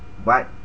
but